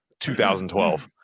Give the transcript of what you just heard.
2012